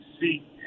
see